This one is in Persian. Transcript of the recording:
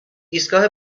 ایستگاه